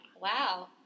Wow